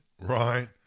Right